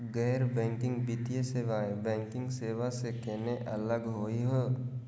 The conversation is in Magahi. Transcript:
गैर बैंकिंग वित्तीय सेवाएं, बैंकिंग सेवा स केना अलग होई हे?